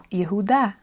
Yehuda